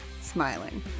smiling